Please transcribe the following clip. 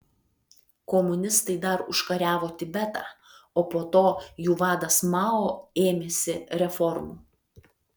komunistai dar užkariavo tibetą o po to jų vadas mao ėmėsi reformų